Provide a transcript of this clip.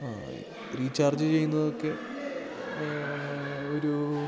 ആ റീചാർജ്ജ് ചെയ്യുന്നതൊക്കെ ഒരു